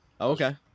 Okay